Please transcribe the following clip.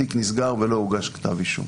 התיק נסגר ולא הוגש כתב אישום.